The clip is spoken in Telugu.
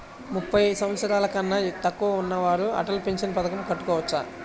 ముప్పై సంవత్సరాలకన్నా తక్కువ ఉన్నవారు అటల్ పెన్షన్ పథకం కట్టుకోవచ్చా?